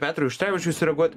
petrui auštrevičiui sureaguot